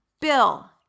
Bill